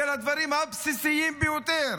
של הדברים הבסיסים ביותר.